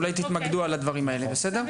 אולי תתמקדו על הדברים האלה בסדר?